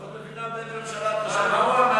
עכשיו את מבינה באיזו ממשלה את יושבת, מה לעשות.